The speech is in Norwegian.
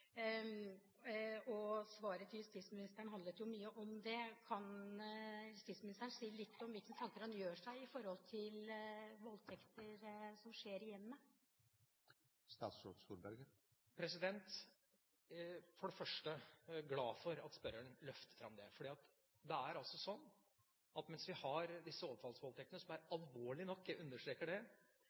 Kan justisministeren si litt om hvilke tanker han gjør seg når det gjelder voldtekter som skjer i hjemmet? For det første er jeg glad for at spørreren løfter fram det. Det er altså sånn at mens vi har disse overfallsvoldtektene, som er alvorlige nok – jeg understreker det